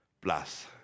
plus